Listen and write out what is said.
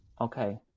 Okay